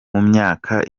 myaka